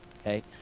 okay